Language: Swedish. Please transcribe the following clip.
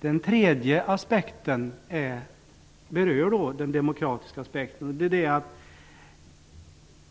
Det tredje, som berör den demokratiska aspekten, är att